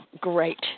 Great